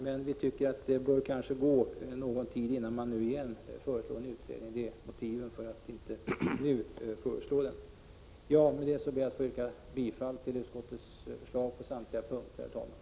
Men vi tycker att det bör gå någon tid innan vi nu igen föreslår en utredning. Det är vårt motiv för att nu inte föreslå en sådan. Herr talman! Med detta ber jag att få yrka bifall till utskottets hemställan på samtliga punkter.